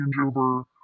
changeover